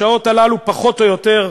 בשעות הללו פחות או יותר,